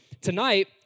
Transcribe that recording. tonight